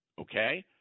Okay